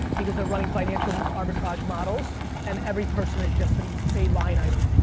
because they're running financial arbitrage models and every person is just and a line item.